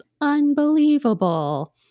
unbelievable